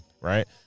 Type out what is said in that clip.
right